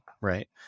right